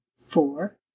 four